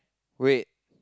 wait